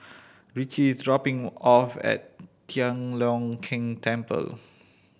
Richie is dropping off at Tian Leong Keng Temple